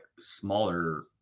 smaller